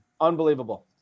Unbelievable